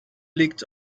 liegt